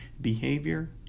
behavior